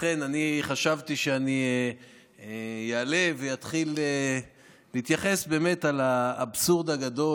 לכן אני חשבתי שאני אעלה ואתחיל להתייחס לאבסורד הגדול.